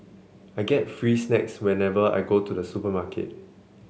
I get free snacks whenever I go to the supermarket